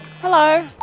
Hello